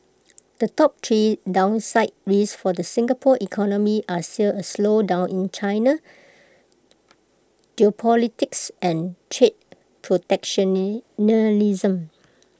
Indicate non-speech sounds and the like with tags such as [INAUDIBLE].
the top three downside risks for the Singapore economy are still A slowdown in China geopolitics and trade [UNINTELLIGIBLE]